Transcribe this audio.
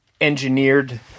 engineered